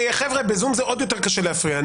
חבר'ה, בזום זה עוד יותר קשה להפריע.